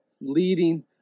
Leading